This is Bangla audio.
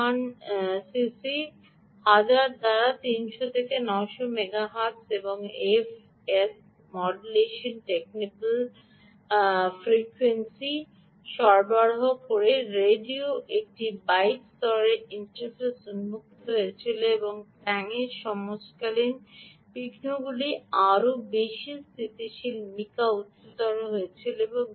চিপকন সিসি 1000 দ্বারা 300 থেকে 900 মেগা হার্টজ এবং এফএসকে মড্যুলেশনটি টেকনেবল ফ্রিকোয়েন্সি সরবরাহ করে রেডিও একটি বাইট স্তরের ইন্টারফেসকে উন্মুক্ত করেছিল এবং ট্যাংয়ের সময়কালীন বিঘ্নগুলি আরও বেশি স্থিতিশীল মিকা উচ্চতর করতে পেরেছিল